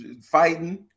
fighting